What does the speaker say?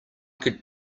could